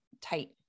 tight